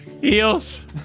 Heels